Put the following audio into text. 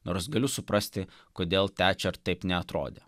nors galiu suprasti kodėl tečer taip neatrodė